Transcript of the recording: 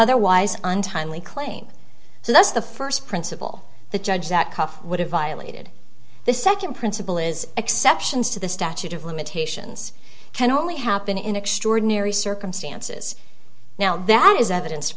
otherwise untimely claim so that's the first principle the judge that coffee would have violated the second principle is exceptions to the statute of limitations can only happen in extraordinary circumstances now that is evidence